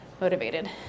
motivated